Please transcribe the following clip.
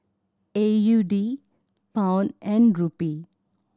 A U D Pound and Rupee